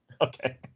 okay